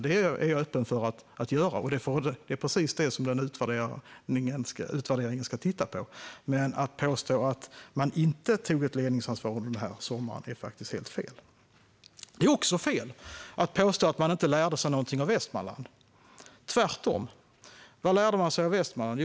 Det är jag öppen för att göra, och det är precis detta som utvärderingen ska titta på. Men att påstå att de inte tog ett ledningsansvar under den här sommaren är faktiskt helt fel. Det är också fel att påstå att man inte lärde sig någonting av Västmanland. Det är precis tvärtom. Vad lärde man sig av Västmanland?